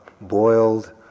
boiled